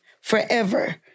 forever